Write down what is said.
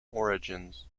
origins